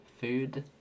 food